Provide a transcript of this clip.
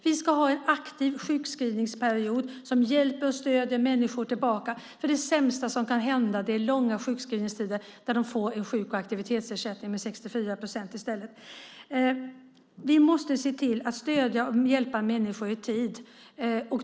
Vi ska ha en aktiv sjukskrivningsperiod som hjälper och stöder människor. Det sämsta som kan hända är långa sjukskrivningstider där människor får en sjuk och aktivitetsersättning med 64 procent. Vi måste se till att stödja och hjälpa människor i tid.